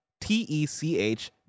T-E-C-H